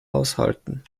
aushalten